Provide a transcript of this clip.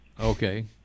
Okay